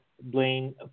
Blaine